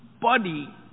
body